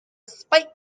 spite